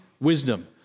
wisdom